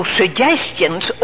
suggestions